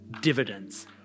dividends